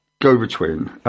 go-between